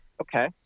Okay